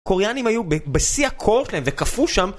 קוריאנים היו בשיא הקור שלהם וקפאו שם